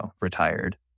retired